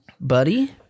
buddy